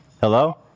Hello